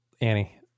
Annie